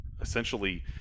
essentially